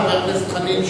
חבר הכנסת חנין,